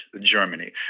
Germany